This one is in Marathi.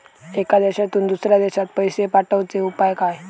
एका देशातून दुसऱ्या देशात पैसे पाठवचे उपाय काय?